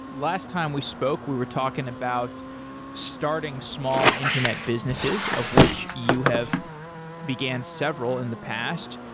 last time we spoke we were talking about starting small internet businesses of which you have began several in the past.